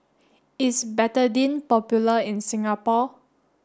is Betadine popular in Singapore